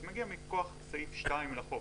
זה מגיע מכוח סעיף 2 לחוק.